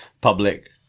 public